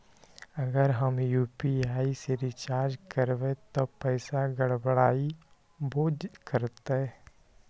अगर हम यू.पी.आई से रिचार्ज करबै त पैसा गड़बड़ाई वो करतई?